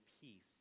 peace